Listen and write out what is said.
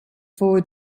forward